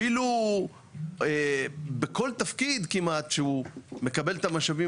אפילו בכל תפקיד כמעט שהוא מקבל את המשאבים